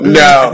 no